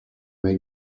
may